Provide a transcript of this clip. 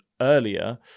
earlier